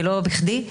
ולא בכדי.